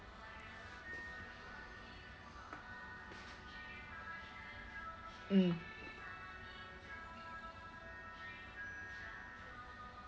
mm